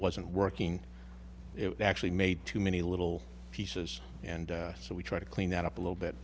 wasn't working it actually made too many little pieces and so we try to clean that up a little bit